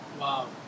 Wow